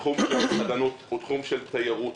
תחום המסעדנות הוא תחום של תיירות,